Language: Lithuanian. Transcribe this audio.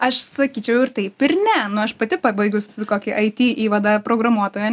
aš sakyčiau ir taip ir ne nu aš pati pabaigus kokį it įvadą programuotoja